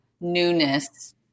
newness